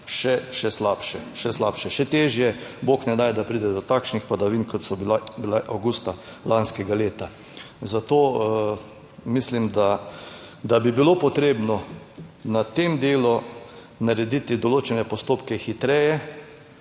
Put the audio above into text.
Še slabše, še težje. Bog ne daj, da pride do takšnih padavin, kot so bile avgusta lanskega leta, Zato mislim, da bi bilo potrebno na tem delu narediti določene postopke hitreje,